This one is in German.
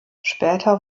später